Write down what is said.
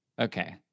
okay